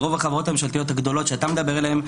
רוב החברות הממשלתיות שאתה מדבר עליהן,